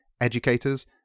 educators